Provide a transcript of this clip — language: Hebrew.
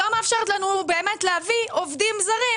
היא לא מאפשרת לנו להביא עובדים זרים